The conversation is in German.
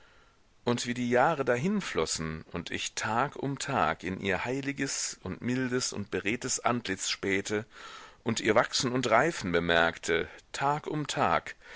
und wie die jahre dahinflossen und ich tag um tag in ihr heiliges und mildes und beredtes antlitz spähte und ihr wachsen und reifen bemerkte tag um tag